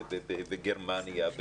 גרמניה,